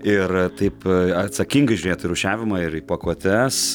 ir taip atsakingai žiūrėtų į rūšiavimą ir į pakuotes